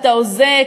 אתה הוזה,